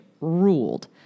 ruled